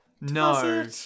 no